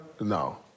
No